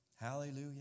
Hallelujah